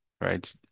right